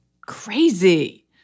crazy